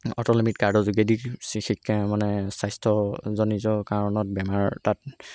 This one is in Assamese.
অটল অমৃত কাৰ্ডৰ যোগেদি বিশেষকৈ মানে স্বাস্থ্যজনীত কাৰণত বেমাৰ তাত